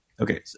Okay